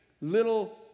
little